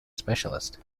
specialist